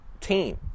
team